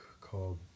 called